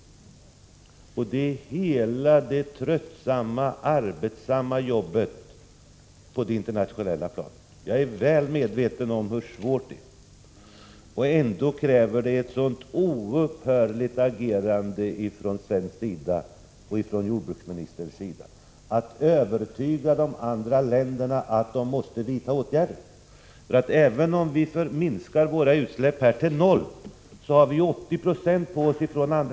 Jag avser hela det tröttsamma jobbet på det internationella planet. Jag är väl medveten om hur svårt det är, men det krävs ett oupphörligt agerande från svensk sida, bl.a. från jordbruksministern, för att övertyga de andra länderna om att de måste vidta åtgärder. Även om vi minskar våra utsläpp till noll, får vi en stor del av utsläppen från andra länder —f.n. utgör de 80 90 av utsläppen i vårt land.